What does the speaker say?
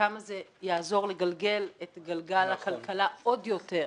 וכמה זה יעזור לגלגל את גלגל הכלכלה עוד יותר.